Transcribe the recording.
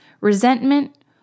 resentment